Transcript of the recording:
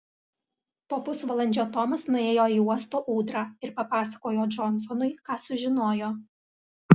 po pusvalandžio tomas nuėjo į uosto ūdrą ir papasakojo džonsonui ką sužinojo